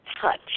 touch